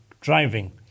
driving